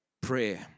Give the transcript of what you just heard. Prayer